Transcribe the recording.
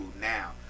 now